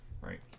Right